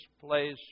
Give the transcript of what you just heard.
place